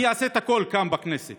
אני אעשה הכול כאן בכנסת